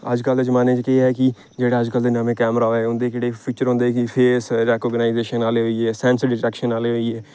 अज्जकल दे जमान्ने च केह् ऐ कि जेह्ड़े अज्जकल दे नमें कैमरा आए दे उं'दे जेह्ड़े फीचर होंदे फेस रैकोगनाइजेशन आह्ले होई गे सैंसोडाइन सैक्शन आह्ले होई गे